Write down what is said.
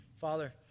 father